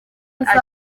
ati